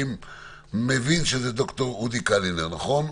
אני מבין שזה ד"ר אודי קלינר, נכון?